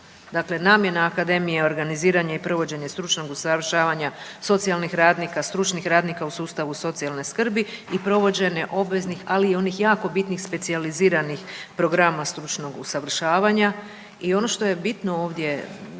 Dakle, namjena akademija je organiziranje i provođenje stručnog usavršavanja socijalnih radnika, stručnih radnika u sustavu socijalne skrbi i provođenje obveznih, ali i onih jako bitnih specijaliziranih programa stručnog usavršavanja. I ono što je bitno ovdje